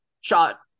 shot